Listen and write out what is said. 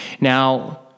now